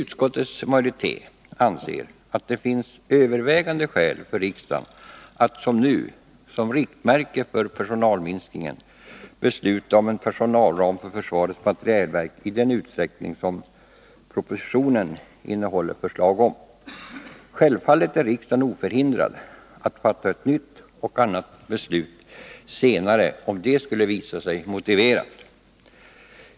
Utskottets majoritet anser att det finns övervägande skäl för riksdagen att nu, som riktmärke för personalminskningen, besluta om personalram för försvarets materielverk i den utsträckning som propositionen innehåller sådana förslag. Självfallet är riksdagen oförhindrad att fatta ett nytt och annat beslut senare, om det skulle visa sig motiverat.